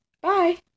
bye